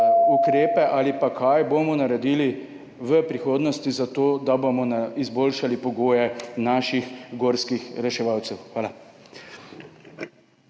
ukrepe. Zanima me: Kaj boste naredili v prihodnosti za to, da boste izboljšali pogoje naših gorskih reševalcev? Hvala.